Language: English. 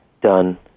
done